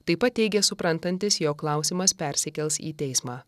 taip pat teigė suprantantis jog klausimas persikels į teismą